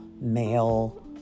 male